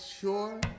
sure